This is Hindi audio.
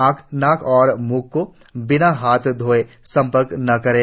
आंख नाक और म्ंहको बिना हाथ धोये स्पर्श न करें